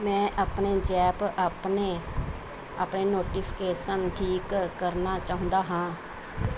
ਮੈਂ ਆਪਣੇ ਜ਼ੈਪ ਆਪਣੇ ਆਪਣੇ ਨੋਟੀਫਿਕੇਸ਼ਨ ਠੀਕ ਕਰਨਾ ਚਾਉਂਦਾ ਹਾਂ